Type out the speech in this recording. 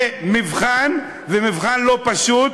זה מבחן, ומבחן לא פשוט,